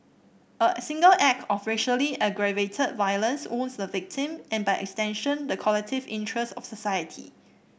a single act of racially aggravated violence wounds the victim and by extension the collective interest of society